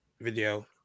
video